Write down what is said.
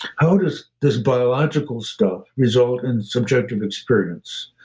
how does this biological stuff result in subjective experience?